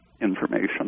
information